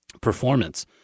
performance